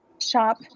shop